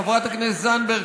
חברת הכנסת זנדברג,